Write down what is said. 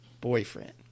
boyfriend